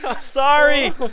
Sorry